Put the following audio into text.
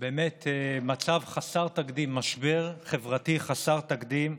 באמת מצב חסר תקדים, משבר חברתי חסר תקדים,